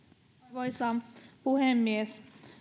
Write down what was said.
arvoisa puhemies